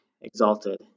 exalted